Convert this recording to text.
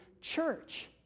church